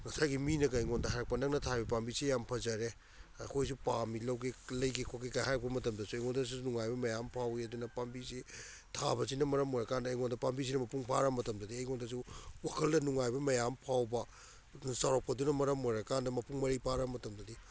ꯉꯁꯥꯏꯒꯤ ꯃꯤꯅꯒ ꯑꯩꯉꯣꯟꯗ ꯍꯥꯔꯛꯄ ꯅꯪꯅ ꯊꯥꯔꯤꯕ ꯄꯥꯝꯕꯤꯁꯤ ꯌꯥꯝ ꯐꯖꯔꯦ ꯑꯩꯈꯣꯏꯁꯨ ꯄꯥꯝꯃꯤ ꯂꯧꯒꯦ ꯂꯩꯒꯦ ꯈꯣꯠꯀꯦꯒ ꯍꯥꯏꯔꯛꯄ ꯃꯇꯝꯗꯣ ꯑꯩꯉꯣꯟꯗꯁꯨ ꯅꯨꯡꯉꯥꯏꯕ ꯃꯌꯥꯝ ꯐꯥꯎꯏ ꯑꯗꯨꯅ ꯄꯥꯝꯕꯤꯁꯤ ꯊꯥꯕꯁꯤꯅ ꯃꯔꯝ ꯑꯣꯏꯔꯀꯥꯟꯗ ꯑꯩꯉꯣꯟꯗ ꯄꯥꯝꯕꯤꯁꯤꯅ ꯃꯄꯨꯡ ꯐꯥꯔ ꯃꯇꯝꯗꯗꯤ ꯑꯩꯉꯣꯟꯗꯁꯨ ꯋꯥꯈꯜꯗ ꯅꯨꯡꯉꯥꯏꯕ ꯃꯌꯥꯝ ꯑꯃ ꯐꯥꯎꯕ ꯑꯗꯨꯅ ꯆꯥꯎꯔꯛꯄꯗꯨꯅ ꯃꯔꯝ ꯑꯣꯏꯔꯀꯥꯟꯗ ꯃꯄꯨꯡ ꯃꯔꯩ ꯐꯥꯔ ꯃꯇꯝꯗꯗꯤ